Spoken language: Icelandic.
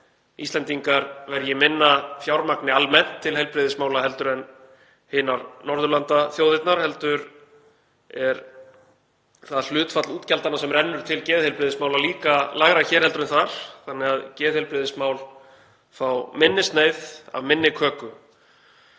Íslendingar verji minna fjármagni almennt til heilbrigðismála heldur en hinar Norðurlandaþjóðirnar, heldur er hlutfall útgjalda sem rennur til geðheilbrigðismála líka lægra hér en þar þannig að geðheilbrigðismál fá minni sneið af minni köku.